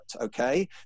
okay